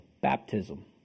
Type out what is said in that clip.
baptism